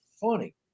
funny